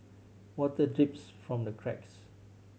water drips from the cracks